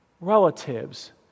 relatives